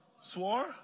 swore